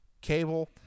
Cable